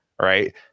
right